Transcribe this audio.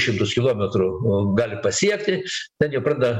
šimtus kilometrų gali pasiekti ten jie pradeda